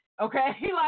okay